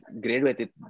graduated